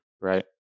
Right